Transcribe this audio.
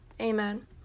Amen